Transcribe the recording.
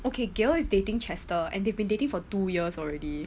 okay gill is dating chester and they've been dating for two years already